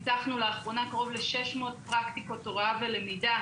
פיתחנו לאחרונה קרוב ל-600 פרקטיקות הוראה ולמידה